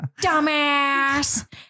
Dumbass